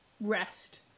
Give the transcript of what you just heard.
rest